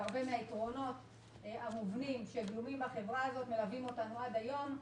לכן הרבה מהיתרונות שגלומים בחברה הזאת מלווים אותנו עד היום.